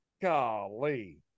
Golly